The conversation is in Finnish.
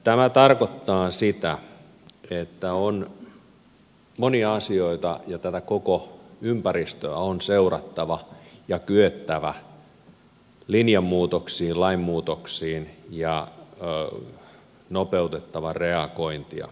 tämä tarkoittaa sitä että monia asioita ja tätä koko ympäristöä on seurattava ja kyettävä linjanmuutoksiin lainmuutoksiin ja nopeutettava reagointia